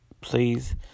Please